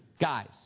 guys